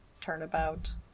turnabout